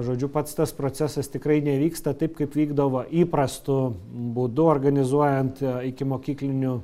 žodžiu pats tas procesas tikrai nevyksta taip kaip vykdavo įprastu būdu organizuojant ikimokyklinių